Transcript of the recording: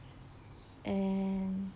and